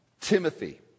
Timothy